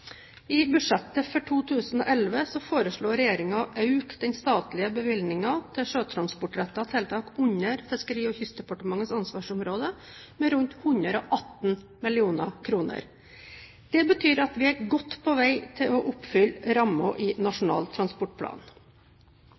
I budsjettet for 2011 foreslår regjeringen å øke den statlige bevilgningen til sjøtransportrettede tiltak under Fiskeri- og kystdepartementets ansvarsområde med rundt 118 mill. kr. Det betyr at vi er på god vei til å oppfylle rammen i Nasjonal transportplan.